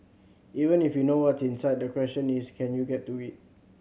even if you know what's inside the question is can you get to it